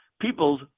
people's